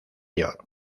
york